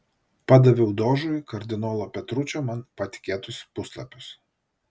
padaviau dožui kardinolo petručio man patikėtus puslapius